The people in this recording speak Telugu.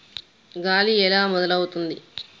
గాలి ఎలా మొదలవుతుంది?